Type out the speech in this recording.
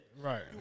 Right